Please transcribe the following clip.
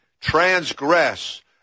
transgress